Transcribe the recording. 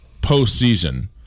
postseason